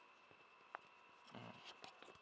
mm